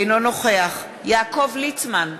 אינו נוכח יעקב ליצמן,